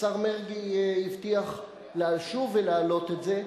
השר מרגי הבטיח לשוב ולהעלות את זה,